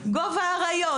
גוב האריות,